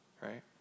right